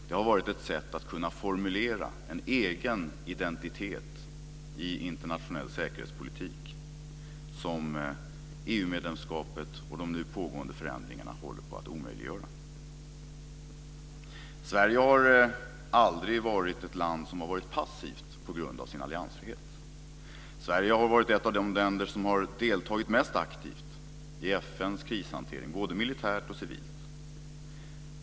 Den har varit ett sätt att kunna formulera en egen identitet i internationell säkerhetspolitik. Detta håller EU-medlemskapet och de nu pågående förändringarna på att omöjliggöra. Sverige har aldrig varit ett land som har varit passivt på grund av sin alliansfrihet. Sverige har varit ett av de länder som har deltagit mest aktivt i FN:s krishantering - både militärt och civilt.